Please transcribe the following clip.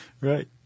Right